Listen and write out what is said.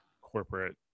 corporate